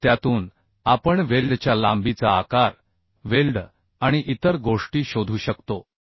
तर त्यातून आपण वेल्डच्या लांबीचा आकार वेल्ड आणि इतर गोष्टी शोधू शकतो